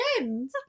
end